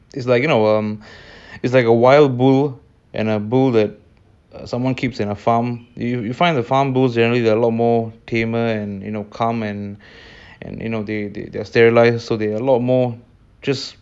I won't say fierce just more more passionate a lot of strong emotions strong like because it's life or death and it's that kind of living it's different from the farm bull and a lot of us are like the farm bull we have lost touch